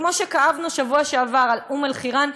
כמו שכאבנו בשבוע שעבר על אום-אלחיראן,